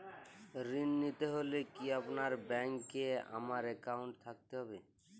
ঋণ নিতে হলে কি আপনার ব্যাংক এ আমার অ্যাকাউন্ট থাকতে হবে?